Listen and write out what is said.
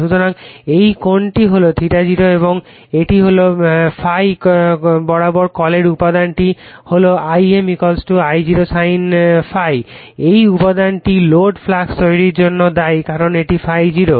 সুতরাং এই কোণটি হল ∅0 এবং এটি হল ∅ বরাবর কলের উপাদানটি হল I m I0 sin ∅ এই উপাদানটি লোড ফ্লাক্স তৈরির জন্য দায়ী কারণ এটি ∅0